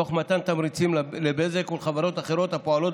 תוך מתן תמריצים לבזק ולחברות אחרות הפועלות